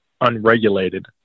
unregulated